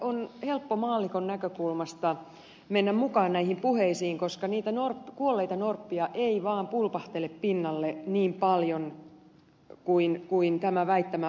on helppo maallikon näkökulmasta mennä mukaan näihin puheisiin koska niitä kuolleita norppia ei vaan pulpahtele pinnalle niin paljon kuin tämä väittämä osoittaisi